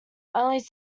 only